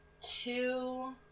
two